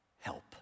help